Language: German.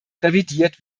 revidiert